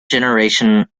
generation